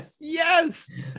yes